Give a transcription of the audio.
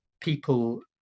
people